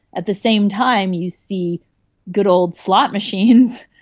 at the same time you see good old slot machines,